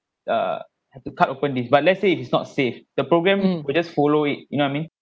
uh have to cut open this but let's say if it's not safe the program will just follow it you know I mean